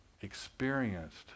experienced